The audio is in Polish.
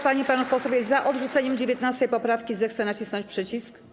pań i panów posłów jest za odrzuceniem 19. poprawki, zechce nacisnąć przycisk.